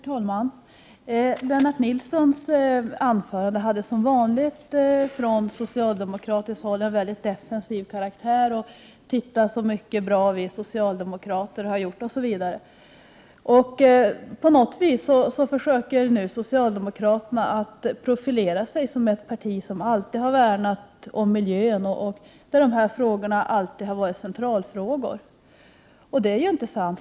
Herr talman! Lennart Nilssons anförande hade, vilket är vanligt från socialdemokratiskt håll, en mycket defensiv karaktär. Titta så mycket bra vi socialdemokrater har gjort, sade han. På något vis försöker socialdemokraterna nu att profilera sig som ett parti som alltid har värnat om miljön och alltid haft dessa frågor som centralfrågor. Det är inte sant.